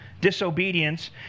Disobedience